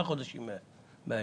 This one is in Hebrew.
חודשים מהיום,